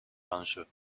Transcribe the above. l’enjeu